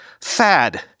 fad